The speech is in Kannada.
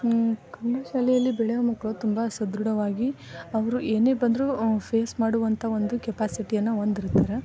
ಕನ್ನಡ ಶಾಲೆಯಲ್ಲಿ ಬೆಳೆಯೋ ಮಕ್ಕಳು ತುಂಬ ಸದೃಢವಾಗಿ ಅವರು ಏನೇ ಬಂದರೂ ಫೇಸ್ ಮಾಡುವಂಥ ಒಂದು ಕೆಪಾಸಿಟಿಯನ್ನು ಹೊಂದಿರ್ತಾರ